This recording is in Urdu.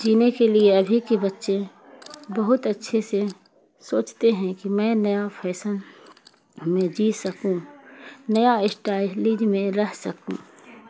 جینے کے لیے ابھی کے بچے بہت اچھے سے سوچتے ہیں کہ میں نیا فیشن میں جی سکوں نیا اسٹائلنگ میں رہ سکوں